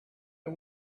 can